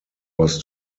was